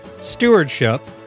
Stewardship